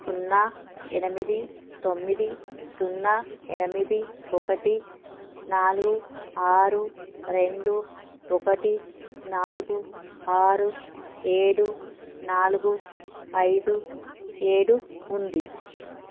సున్నా ఎనిమిది తొమ్మిది సున్నాఎనిమిది ఒకటి నాలుగు ఆరు రెండు ఒకటి నాలుగు ఆరు ఏడు నాలుగు ఐదు ఏడు ఉంది